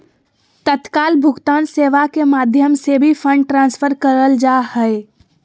तत्काल भुगतान सेवा के माध्यम से भी फंड ट्रांसफर करल जा हय